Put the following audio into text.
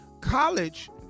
College